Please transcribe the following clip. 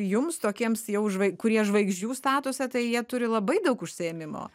jums tokiems jau žvai kurie žvaigždžių statusą tai jie turi labai daug užsiėmimo